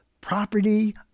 property